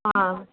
ஆ